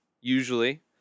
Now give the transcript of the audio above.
usually